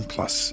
Plus